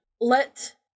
let